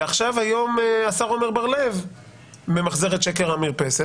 ועכשיו היום השר עומר בר לב ממחזר את שקר המרפסת